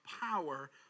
power